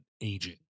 aging